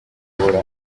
iyobora